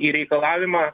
į reikalavimą